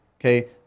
okay